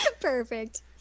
perfect